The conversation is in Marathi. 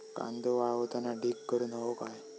कांदो वाळवताना ढीग करून हवो काय?